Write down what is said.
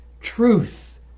truth